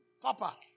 Papa